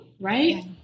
right